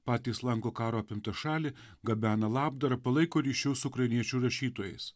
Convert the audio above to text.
patys lanko karo apimtą šalį gabena labdarą palaiko ryšius su ukrainiečių rašytojais